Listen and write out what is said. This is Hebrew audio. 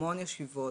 המון ישיבות,